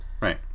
Right